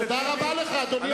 תודה רבה לך, אדוני